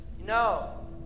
No